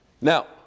Now